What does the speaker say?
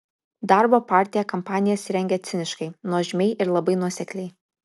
darbo partija kampanijas rengia ciniškai nuožmiai ir labai nuosekliai